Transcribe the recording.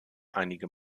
einige